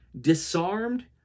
disarmed